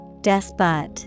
Despot